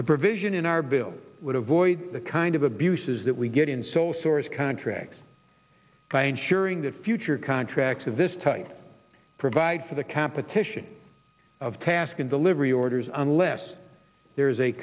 provision in our bill would avoid the kind of abuses that we get in sole source contracts by ensuring that future contracts of this type provide for the competition of task and delivery orders unless there is a